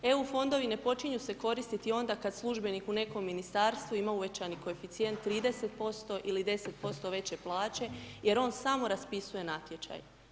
Eu fondovi ne počinju se koristiti onda kad službenik u nekom Ministarstvu ima uvećani koeficijent 30% ili 10% veće plaće, jer on samo raspisuje natječaj.